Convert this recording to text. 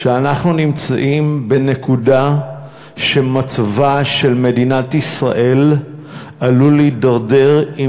שאנחנו נמצאים בנקודה שמצבה של מדינת ישראל עלול להידרדר אם